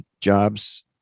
jobs